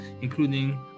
including